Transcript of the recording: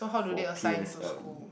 for p_s_l_e